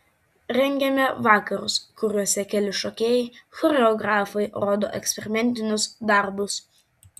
rengiame vakarus kuriuose keli šokėjai choreografai rodo eksperimentinius darbus